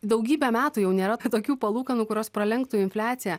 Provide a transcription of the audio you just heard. daugybę metų jau nėra tokių palūkanų kurios pralenktų infliaciją